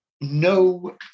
No